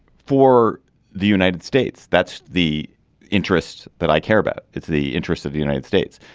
for the united states. that's the interest that i care about. it's the interests of the united states.